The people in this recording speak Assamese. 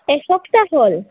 এসপ্তাহ হ'ল